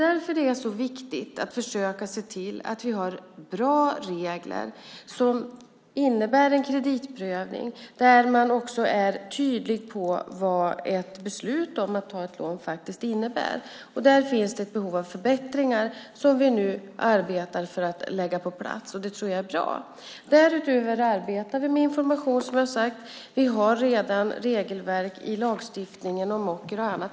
Därför är det viktigt att försöka se till att vi har bra regler för kreditprövning och att man är tydlig med vad ett beslut om att ta lån innebär. Därför finns det behov av förbättringar, vilket vi nu arbetar med för att få på plats. Det tror jag är bra. Därutöver arbetar vi med information, som jag sade tidigare. Vi har redan regelverk i lagstiftningen om ocker och annat.